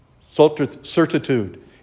Certitude